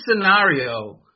scenario